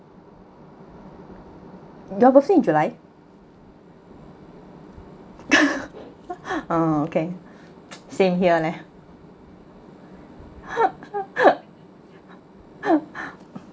your birthday in july oh okay same here leh